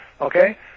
Okay